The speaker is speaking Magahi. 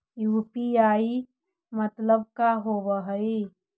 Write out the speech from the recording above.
यु.पी.आई मतलब का होब हइ?